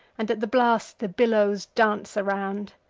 and at the blast the billows dance around.